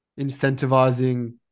incentivizing